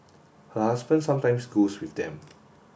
her husband sometimes goes with them